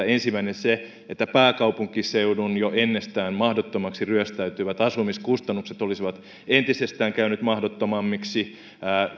ensimmäinen oli se että pääkaupunkiseudun jo ennestään mahdottomiksi ryöstäytyvät asumiskustannukset olisivat entisestään käyneet mahdottomammiksi